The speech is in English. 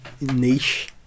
niche